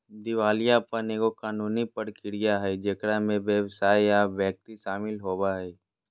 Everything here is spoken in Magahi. दिवालियापन एगो कानूनी प्रक्रिया हइ जेकरा में व्यवसाय या व्यक्ति शामिल होवो हइ